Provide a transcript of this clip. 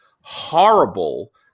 horrible